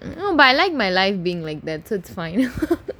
but I like my life being like that so is fine